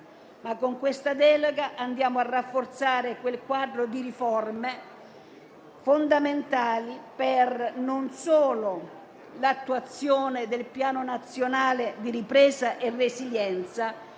Con questa delega rafforziamo quel quadro di riforme fondamentali non solo per l'attuazione del Piano nazionale di ripresa e resilienza,